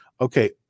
Okay